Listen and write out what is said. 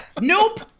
nope